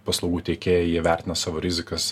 paslaugų teikėją jie vertina savo rizikas